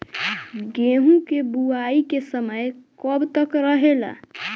गेहूँ के बुवाई के समय कब तक रहेला?